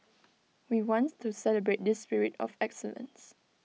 we want to celebrate this spirit of excellence